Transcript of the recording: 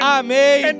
amém